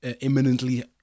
imminently